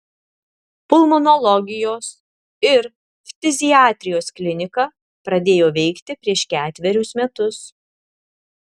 pulmonologijos ir ftiziatrijos klinika pradėjo veikti prieš ketverius metus